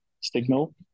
signal